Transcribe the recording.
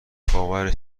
افتاده، باورش